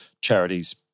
charities